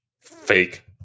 Fake